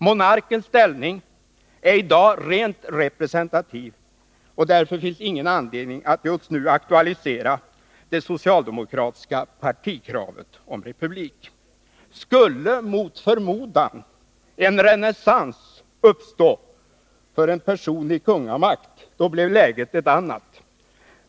Monarkens ställning är i dag rent representativ, och därför finns ingen anledning att just nu aktualisera det socialdemokratiska partikravet på republik. Skulle mot förmodan en renässans uppstå för en personlig kungamakt blev läget ett annat.